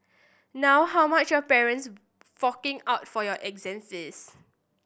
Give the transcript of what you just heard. now how much your parents forking out for your exam fees